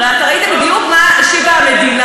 הרי אתה ראית בדיוק מה השיבה המדינה,